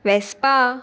Vespa